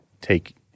take